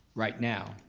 right now,